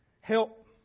help